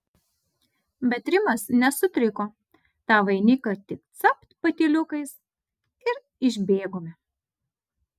bet rimas nesutriko tą vainiką tik capt patyliukais ir išbėgome